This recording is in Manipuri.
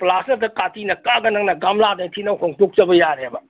ꯄꯂꯥꯁ ꯅꯠꯇ꯭ꯔ ꯀꯥꯇꯤꯅ ꯀꯛꯑꯒ ꯅꯪꯅ ꯒꯝꯂꯥꯗ ꯅꯤꯡꯊꯤꯅ ꯍꯣꯡꯇꯣꯛꯆꯕ ꯌꯥꯔꯦꯕ